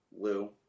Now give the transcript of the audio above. Lou